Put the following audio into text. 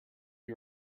you